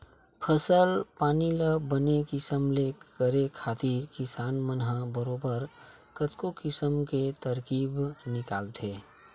फसल पानी ल बने किसम ले करे खातिर किसान मन ह बरोबर कतको किसम के तरकीब निकालथे